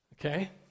Okay